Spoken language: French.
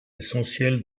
essentielle